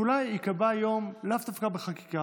ואולי ייקבע יום לאו דווקא בחקיקה,